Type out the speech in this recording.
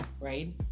right